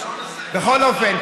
בכל אופן,